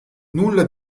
nulla